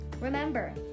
Remember